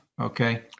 Okay